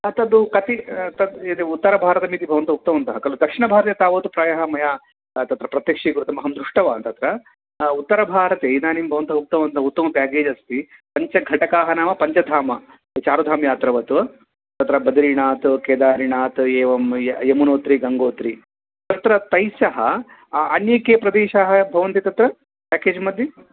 तद् कति तद् यद् उत्तरभारतमिति भवन्तः उक्तवन्तः खलु दक्षिणभारते तावद् प्रायः मया तत्र प्रत्यक्षीकृतम् अहं दृष्टवान् तत्र उत्तरभारते इदानीं भवन्तः उक्तवन्तः उत्तम पेकेज् अस्ति पञ्चघटकाः नाम पञ्चधाम चारुधामयात्रावत् तत्र बदरिनाथ केदारनाथ एवं य यमुनोत्रि गङ्गोत्रि तत्र तैस्सह अन्ये के प्रदेशाः भवन्ति तत्र पेकेज् मध्ये